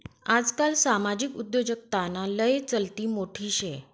आजकाल सामाजिक उद्योजकताना लय चलती मोठी शे